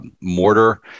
mortar